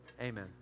amen